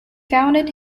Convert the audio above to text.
founded